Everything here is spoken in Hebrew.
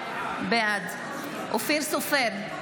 בעד אופיר סופר,